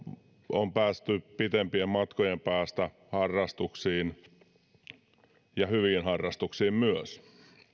on päästy pitempien matkojen päästä harrastuksiin ja hyviin harrastuksiin myös